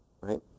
right